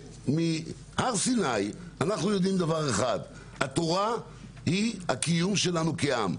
שמהר סיני אנחנו יודעים דבר אחד: התורה היא הקיום שלנו כאם.